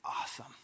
awesome